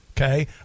okay